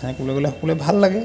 এনেকৈ ক'লে সকলোৱে ভাল লাগে